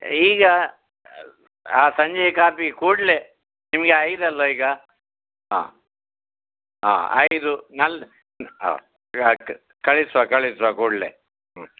ಈಗ ಆ ಸಂಜೆಗೆ ಕಾಪಿ ಕೂಡಲೆ ನಿಮಗೆ ಐದಲ್ಲ ಈಗ ಆ ಆ ಐದು ನಲ್ ಆ ನಾಲ್ಕು ಕಳಿಸುವ ಕಳಿಸುವ ಕೂಡಲೆ ಹ್ಞೂ